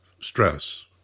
stress